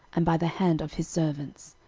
and by the hand of his servants.